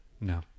No